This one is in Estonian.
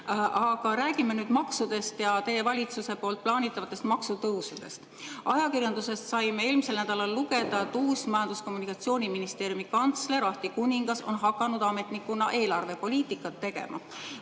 Aga räägime nüüd maksudest ja teie valitsuse plaanitavatest maksutõusudest. Ajakirjandusest saime eelmisel nädalal lugeda, et uus Majandus‑ ja Kommunikatsiooniministeeriumi kantsler Ahti Kuningas on hakanud ametnikuna eelarvepoliitikat tegema.